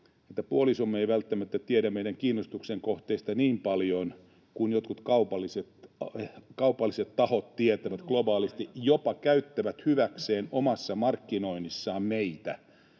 puolisomme ei välttämättä tiedä meidän kiinnostuksenkohteista niin paljon kuin jotkut kaupalliset tahot tietävät globaalisti, jopa käyttävät hyväkseen omassa markkinoinnissaan meitä.